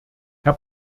herr